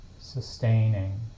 sustaining